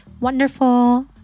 wonderful